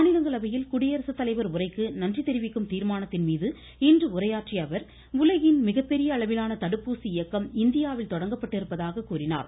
மாநிலங்களவையில் குடியரசு தலைவர் உரைக்கு நன்றி தெரிவிக்கும் தீர்மானத்தின்மீது இன்று உரையாற்றியஅவர் உலகின் மிகப்பெரிய அளவிலான தடுப்பூசி இயக்கம் இந்தியாவில் தொடங்கப்பட்டிருப்பதாக கூறினார்